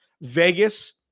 vegas